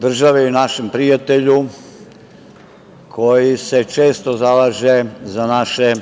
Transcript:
državi našem prijatelju koji se često zalaže za naše